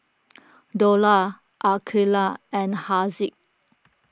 Dollah Aqilah and Haziq